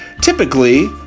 typically